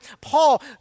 Paul